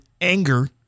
anger